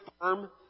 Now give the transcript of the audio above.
firm